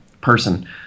person